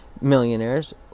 millionaires